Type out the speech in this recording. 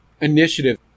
initiative